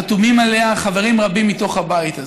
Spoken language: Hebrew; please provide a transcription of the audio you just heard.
חתומים עליה חברים רבים מתוך הבית הזה.